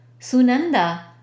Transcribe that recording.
Sunanda